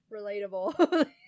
Relatable